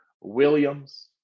Williams